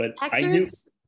Actors